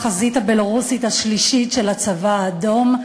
בחזית הבלרוסית השלישית של הצבא האדום.